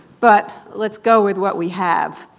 but let's go with what we have.